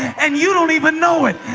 and you don't even know it,